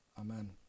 Amen